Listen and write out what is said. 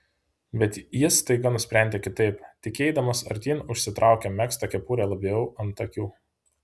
bet jis staiga nusprendė kitaip tik eidamas artyn užsitraukė megztą kepurę labiau ant akių